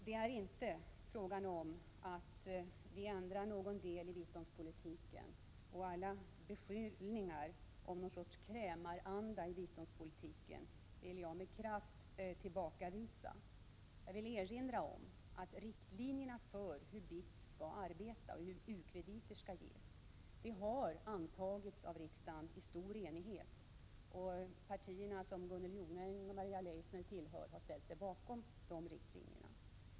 Det är inte fråga om att vi skulle ändra någon del i biståndspolitiken. Alla beskyllningar om någon sorts krämaranda i biståndspolitiken vill jag med kraft tillbakavisa. Jag vill erinra om att riktlinjerna för hur BITS skall arbeta och hur u-krediter skall ges har antagits av riksdagen i stor enighet. De partier som Gunnel Jonäng och Maria Leissner tillhör har ställt sig bakom dessa riktlinjer.